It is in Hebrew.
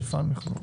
מפעל מיחזור.